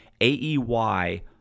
AEY